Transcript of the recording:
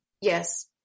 Yes